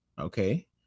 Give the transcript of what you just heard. Okay